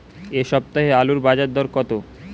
এ সপ্তাহে আলুর বাজার দর কত?